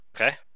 Okay